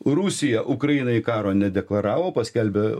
rusija ukrainai karo nedeklaravo paskelbė